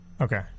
Okay